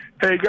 Hey